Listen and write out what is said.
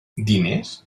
diners